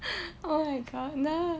oh my god nerd